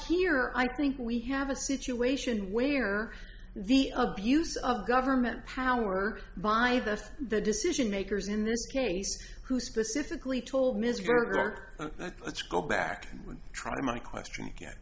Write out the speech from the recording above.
here i think we have a situation where the abuse of government power by the the decision makers in this case who specifically told ms gerhardt let's go back and try my question again